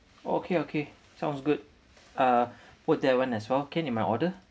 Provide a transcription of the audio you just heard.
okay okay sounds good uh put that one in as well can in my order